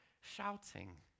shouting